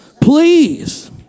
Please